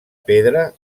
pedra